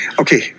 Okay